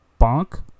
Bonk